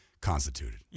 constituted